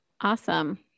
Awesome